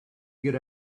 get